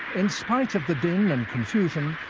in spite of the din and confusion,